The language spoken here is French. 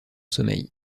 sommeil